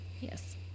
Yes